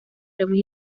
premios